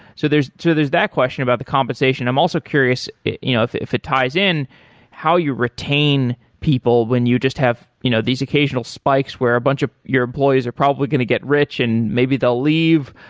so there's so there's that question about the compensation. i'm also curious you know if if it ties in how you retain people when you just have you know these occasional spikes where a bunch of your employees are probably going to get rich and maybe they'll leave.